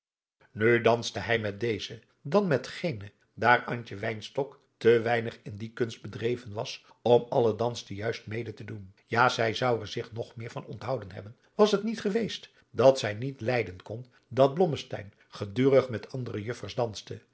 nu danste hij met deze dan met gene daar antje wynstok te weinig in die kunst bedreven was om alle dansen juist mede te doen ja zij zou er zich nog meer van onthouden hebben was het niet geweest dat zij niet lijden kon dat blommesteyn gedurig met andere juffers danste